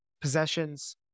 possessions